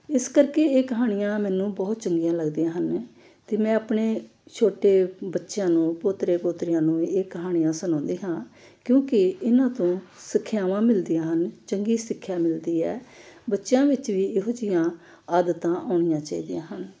ਇਸ ਕਰਕੇ ਇਹ ਕਹਾਣੀਆਂ ਮੈਨੂੰ ਬਹੁਤ ਚੰਗੀਆਂ ਲੱਗਦੀਆਂ ਹਨ ਅਤੇ ਮੈਂ ਆਪਣੇ ਛੋਟੇ ਬੱਚਿਆਂ ਨੂੰ ਪੋਤਰੇ ਪੋਤਰਿਆਂ ਨੂੰ ਵੀ ਇਹ ਕਹਾਣੀਆਂ ਸੁਣਾਉਂਦੀ ਹਾਂ ਕਿਉਂਕਿ ਇਹਨਾਂ ਤੋਂ ਸਿੱਖਿਆਵਾਂ ਮਿਲਦੀਆਂ ਹਨ ਚੰਗੀ ਸਿੱਖਿਆ ਮਿਲਦੀ ਹੈ ਬੱਚਿਆਂ ਵਿੱਚ ਵੀ ਇਹੋ ਜਿਹੀਆਂ ਆਦਤਾਂ ਆਉਣੀਆਂ ਚਾਹੀਦੀਆਂ ਹਨ